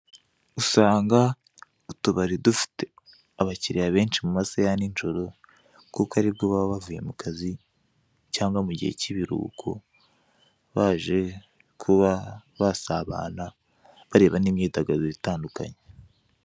Usanga utubari dufite abakiriya benshi mu masaaha ya ninjoro kuko aribwo baba bavuye mu kazi cyangwa mu gihe k'ibiruhuko baje kuba basabana bareba n'imyidagaduro itandukanye.